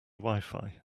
wifi